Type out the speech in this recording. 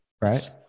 right